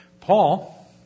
Paul